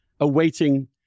awaiting